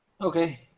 Okay